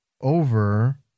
over